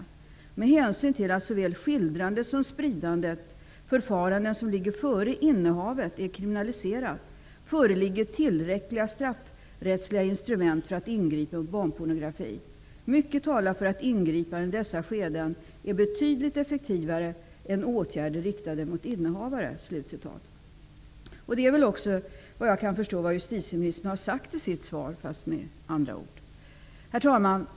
Med hänsyn till att såväl skildrandet som spridandet, förfaranden som ligger före innehavet, är kriminaliserat, föreligger tillräckliga straffrättsliga instrument för att ingripa mot barnpornografi. Mycket talar för att ingripanden i dessa skeden är betydligt effektivare än åtgärder riktade mot innehavare.'' Detta är väl såvitt jag kan förstå också vad justitieministern har sagt i sitt svar, fastän med andra ord. Herr talman!